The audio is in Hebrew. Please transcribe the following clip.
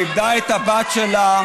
והיא איבדה את הבת שלה,